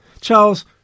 Charles